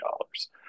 dollars